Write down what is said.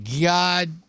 God